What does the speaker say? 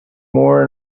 more